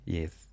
Yes